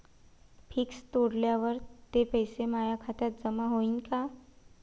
Fix तोडल्यावर ते पैसे माया खात्यात जमा होईनं का?